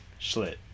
Schlit